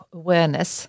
awareness